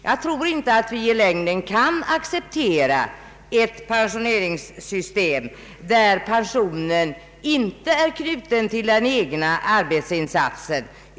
Jag tror inte att vi i längden kan acceptera ett pensioneringssystem, där pensionen inte är knuten till den egna arbetsinsatsen.